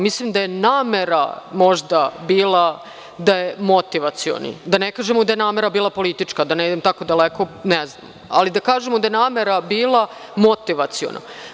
Mislim, da je namera možda bila da je motivacioni, da ne kažemo da je namera bila politička, da ne idemo tamo daleko, ali da kažemo da je namera bila motivaciona.